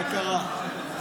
מה קרה?